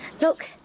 Look